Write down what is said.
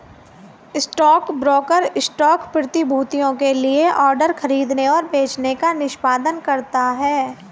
stockbroker stock प्रतिभूतियों के लिए ऑर्डर खरीदने और बेचने का निष्पादन करता है